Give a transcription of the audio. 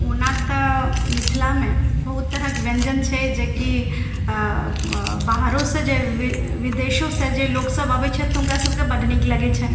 ओना तऽ मिथिलामे बहुत तरहके व्यञ्जन छै जे कि बाहरोसँ जे वि विदेशोसँ जे लोक सब अबय छथि तऽ हुनका सबके बड्ड नीक लगय छन्हि